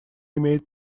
имеет